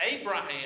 Abraham